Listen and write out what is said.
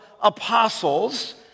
apostles